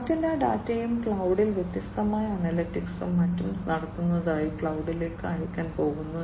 മറ്റെല്ലാ ഡാറ്റയും ക്ലൌഡിൽ വ്യത്യസ്തമായ അനലിറ്റിക്സും മറ്റും നടത്തുന്നതിനായി ക്ലൌഡിലേക്ക് അയയ്ക്കാൻ പോകുന്നു